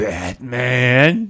Batman